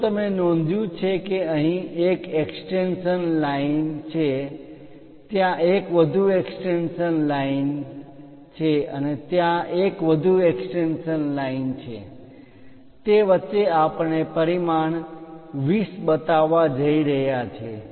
જો તમે નોંધ્યું છે કે અહીં એક એક્સ્ટેંશન લાઇન extension lines વિસ્તરણ રેખા છે ત્યાં એક વધુ એક્સ્ટેંશન લાઇન extension lines વિસ્તરણ રેખા છે ત્યાં એક વધુ એક્સ્ટેંશન લાઇન extension lines વિસ્તરણ રેખા છે તે વચ્ચે આપણે પરિમાણ 20 બતાવવા જઈ રહ્યા છીએ